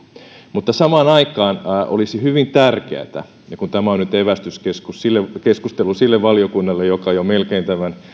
mutta samaan aikaan olisi hyvin tärkeätä ja kun tämä on nyt evästyskeskustelu sille valiokunnalle joka jo melkein tämän